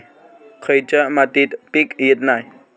खयच्या मातीत पीक येत नाय?